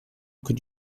could